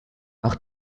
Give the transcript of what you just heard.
auch